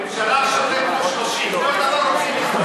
ממשלה של תיקו, כל דבר, לא,